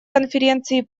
конференции